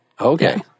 Okay